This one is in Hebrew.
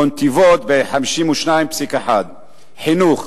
ונתיבות, עם 52.1%. חינוך,